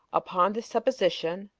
upon this supposition,